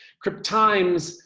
crip times,